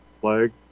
flag